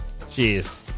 Jeez